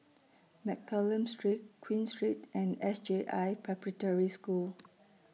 Mccallum Street Queen Street and S J I Preparatory School